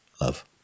love